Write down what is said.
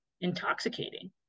intoxicating